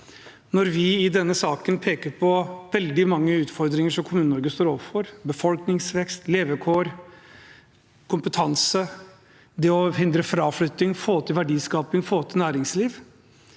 Når vi i denne saken peker på veldig mange utfordringer som Kommune-Norge står overfor – befolkningsvekst, levekår, kompetanse og det å hindre fraflytting og få til verdiskaping og næringsliv